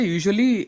Usually